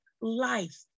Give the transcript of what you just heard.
life